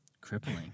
crippling